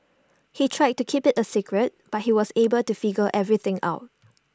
they tried to keep IT A secret but he was able to figure everything out